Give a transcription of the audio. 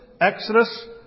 Exodus